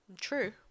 True